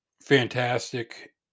fantastic